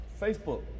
Facebook